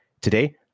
Today